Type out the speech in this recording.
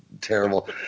Terrible